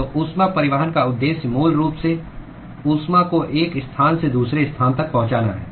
तो ऊष्मा परिवहन का उद्देश्य मूल रूप से ऊष्मा को एक स्थान से दूसरे स्थान तक पहुँचाना है